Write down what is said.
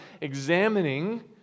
examining